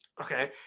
okay